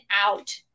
out